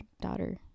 daughter